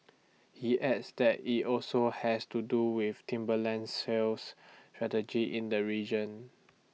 he adds that IT also has to do with Timberland's sales strategy in the region